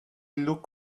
looked